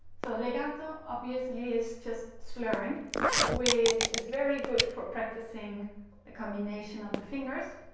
so legato obviously is just slurring which is very good for practicing the combination of the fingers.